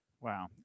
Wow